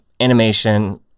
animation